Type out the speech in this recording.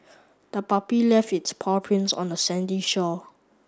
the puppy left its paw prints on the sandy shore